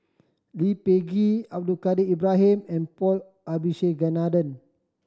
Lee Peh Gee Abdul Kadir Ibrahim and Paul Abisheganaden